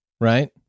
Right